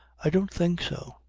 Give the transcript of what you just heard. i don't think so.